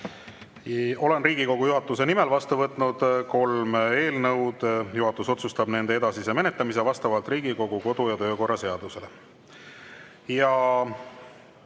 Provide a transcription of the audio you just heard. Olen Riigikogu juhatuse nimel vastu võtnud kolm eelnõu. Juhatus otsustab nende edasise menetlemise vastavalt Riigikogu kodu‑ ja töökorra seadusele.